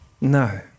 no